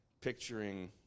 picturing